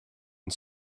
and